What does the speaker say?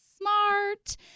smart